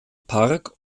park